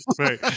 right